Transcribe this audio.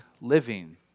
living